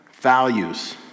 values